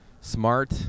smart